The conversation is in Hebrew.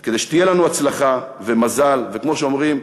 כדי שיהיו לנו הצלחה ומזל, וכמו שאומרים,